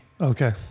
Okay